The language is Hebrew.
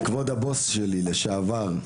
כבוד הבוס שלי לשעבר,